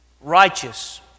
righteous